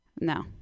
No